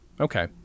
Okay